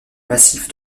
massif